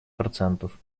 процентов